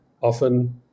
often